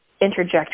interject